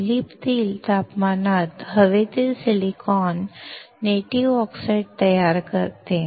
खोलीतील तापमान हवेतील सिलिकॉन 'नेटिव्ह ऑक्साइड'native oxide' तयार करते